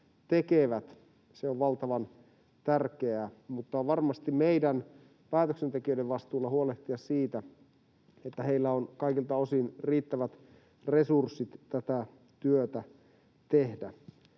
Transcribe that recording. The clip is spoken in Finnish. tekevät. Se on valtavan tärkeää. Mutta on varmasti meidän päätöksentekijöiden vastuulla huolehtia siitä, että heillä on kaikilta osin riittävät resurssit tätä työtä tehdä.